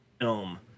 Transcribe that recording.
film